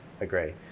Agree